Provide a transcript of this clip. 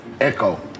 Echo